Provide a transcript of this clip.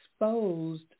exposed